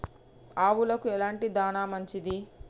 ఆవులకు ఎలాంటి దాణా మంచిది?